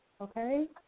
okay